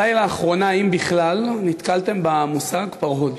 מתי לאחרונה, אם בכלל, נתקלתם במושג "פרהוד"?